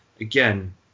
again